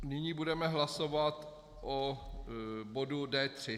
Nyní budeme hlasovat o bodu D3.